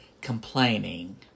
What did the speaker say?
complaining